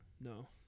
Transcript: No